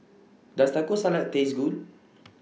Does Taco Salad Taste Good